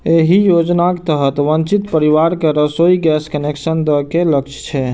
एहि योजनाक तहत वंचित परिवार कें रसोइ गैस कनेक्शन दए के लक्ष्य छै